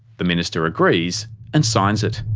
the minister agrees and signs it.